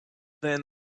than